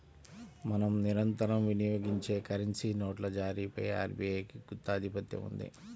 మనం నిరంతరం వినియోగించే కరెన్సీ నోట్ల జారీపై ఆర్బీఐకి గుత్తాధిపత్యం ఉంది